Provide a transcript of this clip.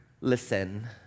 listen